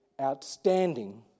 outstanding